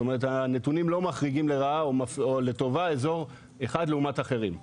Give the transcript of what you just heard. זאת אומרת הנתונים לא מחריגים לרעה או לטובה אזור אחד לעומת אחרים.